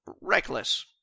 Reckless